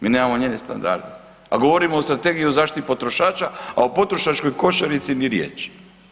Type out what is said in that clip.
Mi nemamo njene standarde, a govorimo o Strategiji o zaštiti potrošača, a o potrošačkoj košarici ni riječi.